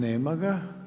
Nema ga.